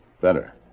better